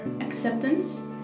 acceptance